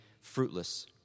fruitless